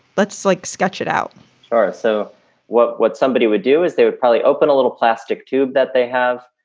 let's like sketch it out. right so what what somebody would do is they would probably open a little plastic tube that they have.